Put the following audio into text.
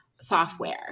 software